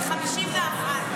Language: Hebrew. בן 51,